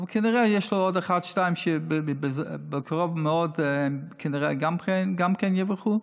אבל כנראה יש עוד אחד-שניים שבקרוב מאוד כנראה גם כן יברחו.